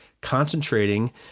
concentrating